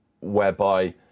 whereby